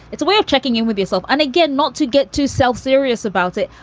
it's a way of checking in with yourself. and again, not to get too self serious about it,